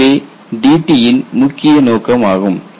இதுவே DT யின் முக்கிய நோக்கம் ஆகும்